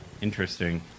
Interesting